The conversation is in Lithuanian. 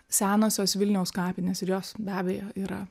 senosios vilniaus kapinės ir jos be abejo yra